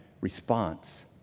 response